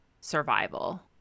survival